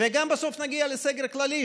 וגם בסוף נגיע לסגר כללי,